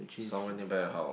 somewhere nearby your house